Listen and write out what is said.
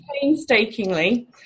painstakingly